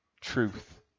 truth